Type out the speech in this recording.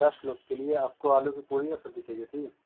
दस लोग के लिए आपको आलू की पूरी और सब्ज़ी चाहिए ठीक है